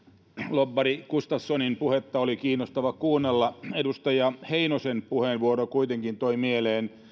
lobbari gustafssonin puhetta oli kiinnostavaa kuunnella edustaja heinosen puheenvuoro kuitenkin toi mieleen